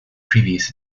previous